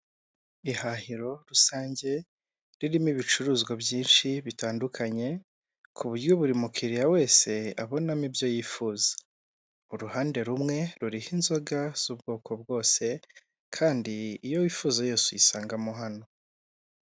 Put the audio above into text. Ihahiro rusange ririmo ibicuruzwa byinshi bitandukanye ku buryo buri mukiriya wese abonamo ibyo yifuza, uruhande rumwe ruriho inzoga z'ubwoko bwose kandi iyo wifuza yose uyisangamo hano.